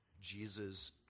Jesus